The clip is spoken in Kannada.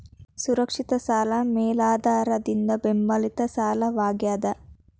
ಸುರಕ್ಷಿತ ಸಾಲ ಮೇಲಾಧಾರದಿಂದ ಬೆಂಬಲಿತ ಸಾಲವಾಗ್ಯಾದ